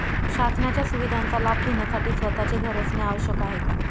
शासनाच्या सुविधांचा लाभ घेण्यासाठी स्वतःचे घर असणे आवश्यक आहे का?